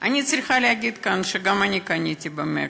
אני צריכה להגיד כאן שגם אני קניתי ב"מגה".